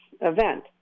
event